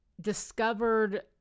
discovered